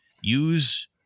use